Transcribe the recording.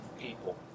people